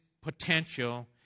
potential